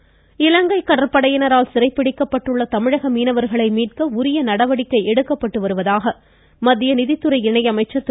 இராதாகிருஷ்ணன் இலங்கை கடற்படையினரால் சிறை பிடிக்கப்பட்டுள்ள தமிழக மீனவர்களை மீட்க உரிய நடவடிக்கை எடுக்கப்பட்டு வருவதாக மத்திய நிதித்துறை இணை அமைச்சர் திரு